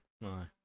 no